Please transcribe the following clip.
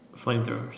Flamethrowers